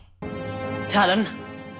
Talon